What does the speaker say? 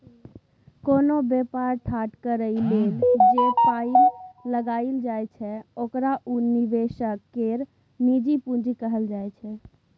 कोनो बेपार ठाढ़ करइ लेल जे पाइ लगाइल जाइ छै ओकरा उ निवेशक केर निजी पूंजी कहल जाइ छै